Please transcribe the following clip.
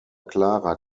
clara